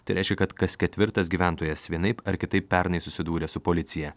tai reiškia kad kas ketvirtas gyventojas vienaip ar kitaip pernai susidūrė su policija